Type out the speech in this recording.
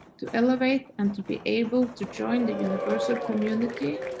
to elevate and to be able to join the universal community,